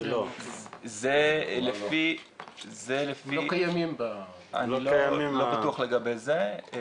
אני לא בטוח לגבי זה.